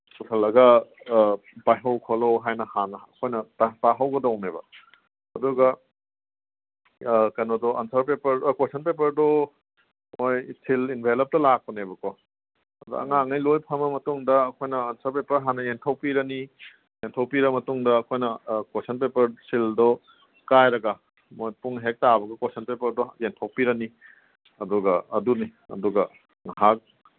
ꯁꯨꯍꯜꯂꯒ ꯄꯥꯏꯍꯧ ꯈꯣꯠꯍꯧ ꯍꯥꯏꯅ ꯍꯥꯟꯅ ꯑꯩꯈꯣꯏꯅ ꯇꯥꯛꯍꯧꯒꯗꯧꯅꯦꯕ ꯑꯗꯨꯒ ꯀꯩꯅꯣꯗꯣ ꯑꯟꯁꯔ ꯄꯦꯄꯔ ꯀꯣꯏꯁꯟ ꯄꯦꯄꯔꯗꯣ ꯃꯣꯏ ꯁꯤꯜ ꯏꯟꯚꯦꯂꯞꯇ ꯂꯥꯛꯄꯅꯦꯕꯀꯣ ꯑꯗꯨꯗ ꯑꯉꯥꯡꯒꯩ ꯂꯣꯏ ꯐꯝꯃ ꯃꯇꯨꯡꯗ ꯑꯩꯈꯣꯏꯅ ꯑꯟꯁꯔ ꯄꯦꯄꯔ ꯍꯥꯟꯅ ꯌꯦꯟꯊꯣꯛꯄꯤꯔꯅꯤ ꯌꯦꯟꯊꯣꯛꯄꯤꯔ ꯃꯇꯨꯡꯗ ꯑꯩꯈꯣꯏꯅ ꯀꯣꯏꯁꯟ ꯄꯦꯄꯔ ꯁꯤꯜꯗꯣ ꯀꯥꯏꯔꯒ ꯃꯣꯏ ꯄꯨꯡ ꯍꯦꯛ ꯇꯥꯕꯒ ꯀꯣꯏꯁꯟ ꯄꯦꯄꯔꯗꯣ ꯌꯦꯟꯊꯣꯛꯄꯤꯔꯅꯤ ꯑꯗꯨꯒ ꯑꯗꯨꯅꯤ ꯑꯗꯨꯒ ꯉꯍꯥꯛ